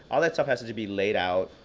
all that stuff has to be laid out.